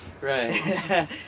Right